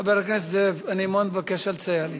חבר הכנסת זאב, אני מאוד מבקש, אל תסייע לי.